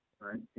Right